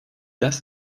das